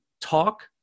talk